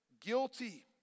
guilty